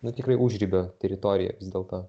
nu tikrai užribio teritorija vis dėlto